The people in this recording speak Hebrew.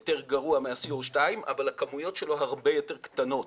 יותר גרוע מה-Co2 אבל הכמויות שלו הרבה יותר קטנות.